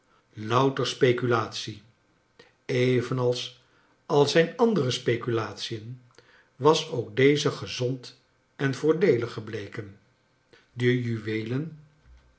louter speculatiel evenals al zijn andere speculation was ook deze gezond en voordeelig gebleken de juweelen